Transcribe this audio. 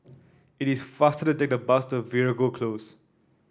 it is faster to take the bus to Veeragoo Close